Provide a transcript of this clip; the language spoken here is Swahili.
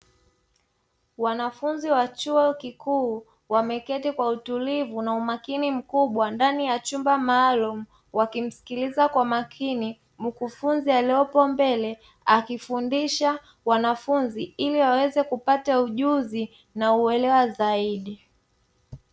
Wanafunzi wa chuo kikuu wameketi kwa utulivu na umakini mkubwa ndani ya chumba maalumu, wakimsikiliza kwa makini mkufunzi aliyepo mbele; akifundisha wanafunzi ili waweze kupata ujuzi na uelewa zaidi.